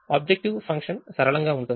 objective function సరళంగా ఉంటుంది